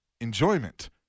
enjoyment